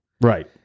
Right